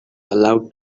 allowed